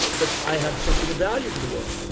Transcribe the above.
but i have something of value to the world.